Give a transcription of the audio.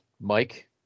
Mike